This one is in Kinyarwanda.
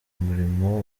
umurimo